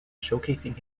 showcasing